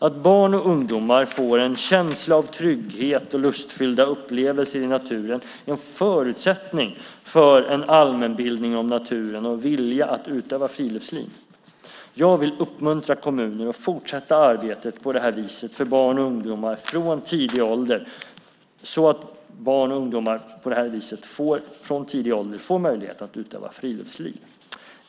Att barn och ungdomar får en känsla av trygga och lustfyllda upplevelser i naturen är en förutsättning för en allmänbildning om naturen och en vilja att utöva friluftsliv. Jag vill uppmuntra kommuner att fortsätta arbeta på det här viset så att barn och ungdomar från tidig ålder får möjlighet att utöva friluftsliv.